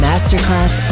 Masterclass